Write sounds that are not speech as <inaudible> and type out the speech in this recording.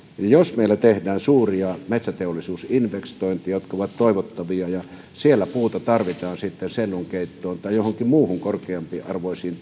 jos meillä tehdään suuria metsäteollisuusinvestointeja jotka ovat toivottavia niin siellä puuta tarvitaan sitten sellunkeittoon tai johonkin muuhun korkeampiarvoisiin <unintelligible>